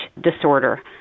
disorder